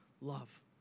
love